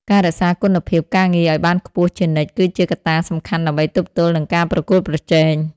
ការរក្សាគុណភាពការងារឱ្យបានខ្ពស់ជានិច្ចគឺជាកត្តាសំខាន់ដើម្បីទប់ទល់នឹងការប្រកួតប្រជែង។